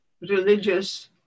religious